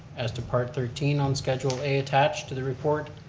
as to part thirteen on schedule a attached to the report,